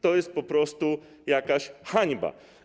To jest po prostu jakaś hańba.